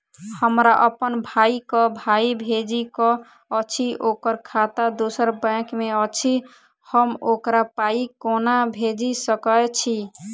हमरा अप्पन भाई कऽ पाई भेजि कऽ अछि, ओकर खाता दोसर बैंक मे अछि, हम ओकरा पाई कोना भेजि सकय छी?